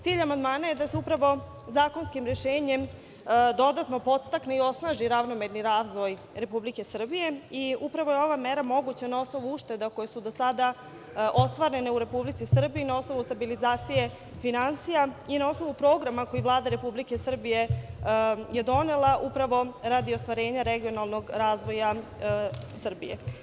Cilj amandmana je da se upravo zakonskim rešenjem dodatno podstakne i osnaži ravnomerni razvoj Republike Srbije i upravo je ova mera moguća na osnovu ušteda koje su do sada ostvarene u Republike Srbije, na osnovu stabilizacije finansija i na osnovu programa koji Vlada Republike Srbije je donela, upravo radi ostvarenja regionalnog razvoja Srbije.